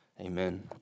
Amen